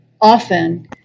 often